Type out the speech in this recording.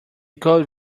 gold